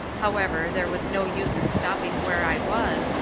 however there was no use in stopping where i was,